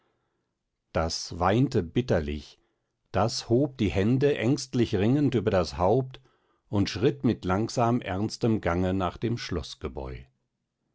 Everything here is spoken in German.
das weinte bitterlich das hob die hände ängstlich ringend über das haupt und schritt mit langsam ernstem gange nach dem